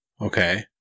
Okay